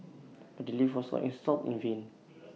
but the lift was not installed in vain